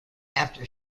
after